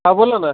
हां बोला ना